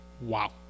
Wow